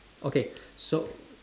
okay so